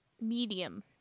Medium